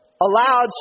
allowed